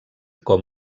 com